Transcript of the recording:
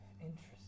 Interesting